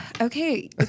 Okay